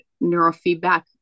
Neurofeedback